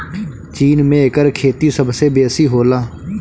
चीन में एकर खेती सबसे बेसी होला